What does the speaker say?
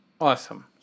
awesome